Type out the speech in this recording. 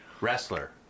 Wrestler